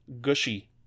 gushy